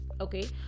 Okay